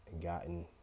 gotten